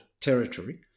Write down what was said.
territory